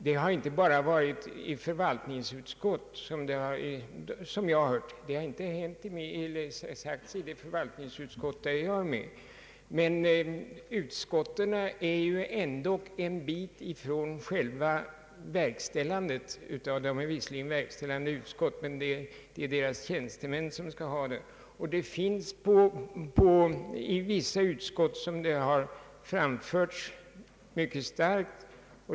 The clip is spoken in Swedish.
Det har inte bara varit förvaltningsutskotten som stått inför dessa problem. Det har visserligen inte talats om dem i det förvaltningsutskott där jag är med men i vissa andra. Utskotten är ändå en bit från själva verkställandet. De är visserligen verkställande utskott, men det är deras tjänstemän som har hand om saken. I vissa utskott har man reagerat mycket starkt.